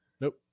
Nope